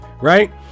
Right